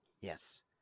Yes